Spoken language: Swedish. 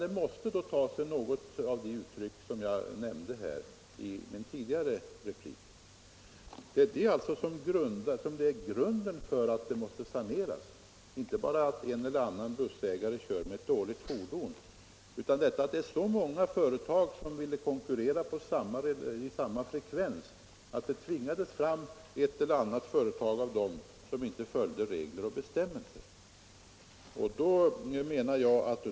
Det måste ta sig något av de uttryck som jag nämnde i min trafiken tidigare replik. Detta är alltså grunden för att det måste saneras.